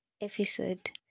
episode